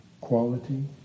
quality